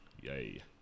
Yay